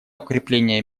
укрепление